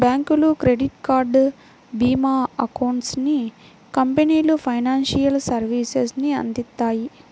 బ్యాంకులు, credit card, భీమా, accountancy కంపెనీలు ఫైనాన్షియల్ సర్వీసెస్ ని అందిత్తాయి